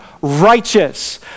righteous